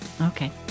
Okay